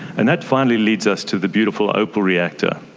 and that finally leads us to the beautiful opal reactor.